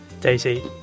Daisy